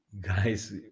guys